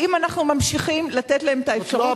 האם אנחנו ממשיכים לתת להם את האפשרות לבוא,